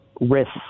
risk